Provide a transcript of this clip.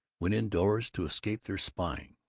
went indoors to escape their spying,